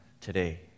today